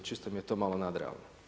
Čisto mi je to malo nadrealno.